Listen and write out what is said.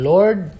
Lord